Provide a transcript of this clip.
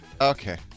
Okay